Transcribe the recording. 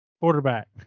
Quarterback